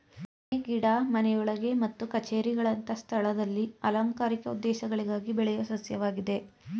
ಮನೆ ಗಿಡ ಮನೆಯೊಳಗೆ ಮತ್ತು ಕಛೇರಿಗಳಂತ ಸ್ಥಳದಲ್ಲಿ ಅಲಂಕಾರಿಕ ಉದ್ದೇಶಗಳಿಗಾಗಿ ಬೆಳೆಯೋ ಸಸ್ಯವಾಗಿದೆ